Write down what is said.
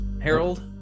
Harold